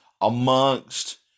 amongst